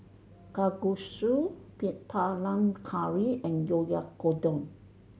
Kalguksu Panang Curry and Oyakodon